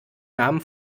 namen